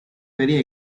very